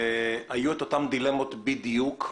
היו אז את אותן דילמות בדיוק,